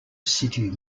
city